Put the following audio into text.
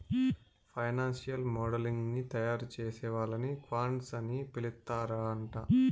financial modelling ని తయారుచేసే వాళ్ళని క్వాంట్స్ అని పిలుత్తరాంట